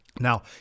Now